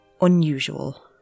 unusual